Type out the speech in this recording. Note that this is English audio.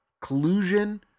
collusion